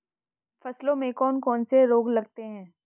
फसलों में कौन कौन से रोग लगते हैं?